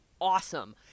awesome